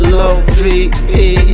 love